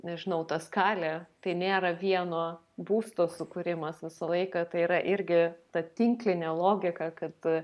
nežinau ta skalė tai nėra vieno būsto sukūrimas visą laiką tai yra irgi ta tinklinė logika kad